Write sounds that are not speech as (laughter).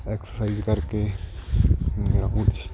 exercise ਕਰਕੇ (unintelligible)